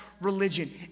religion